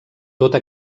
tota